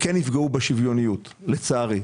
שיפגעו בשוויוניות, לצערי,